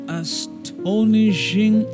astonishing